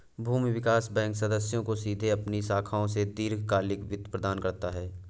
भूमि विकास बैंक सदस्यों को सीधे अपनी शाखाओं से दीर्घकालिक वित्त प्रदान करता है